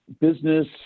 business